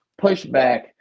pushback